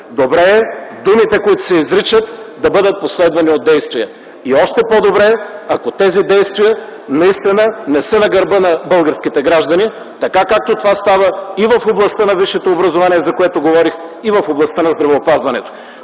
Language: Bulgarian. Добре е думите, които се изричат, да бъдат последвани от действия. Още по-добре е, ако тези действия наистина не са на гърба на българските граждани, така както това става и в областта на висшето образование, за което говорих, и в областта на здравеопазването.